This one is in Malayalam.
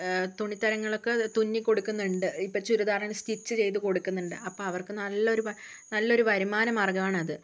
തുണിത്തരങ്ങളൊക്കെ തുന്നി കൊടുക്കുന്നുണ്ട് ഇപ്പൊൾ ചുരിദാറിന് സ്റ്റിച്ച് ചെയ്തു കൊടുക്കുന്നുണ്ട് അപ്പോൾ അവർക്ക് നല്ല ഒരു നല്ലൊരു വരുമാന മാർഗ്ഗമാണ് അത്